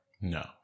No